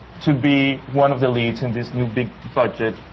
to be one of the leads in this new big budget,